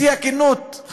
בשיא הכנות,